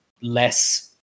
less